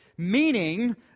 Meaning